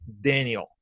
Daniel